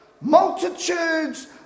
Multitudes